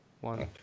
One